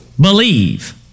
believe